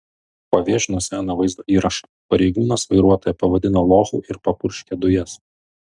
paviešino seną vaizdo įrašą pareigūnas vairuotoją pavadina lochu ir papurškia dujas